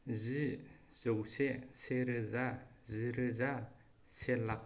जि जौैसे से रोजा जि रोजा से लाख